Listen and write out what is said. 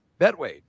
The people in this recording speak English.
Betway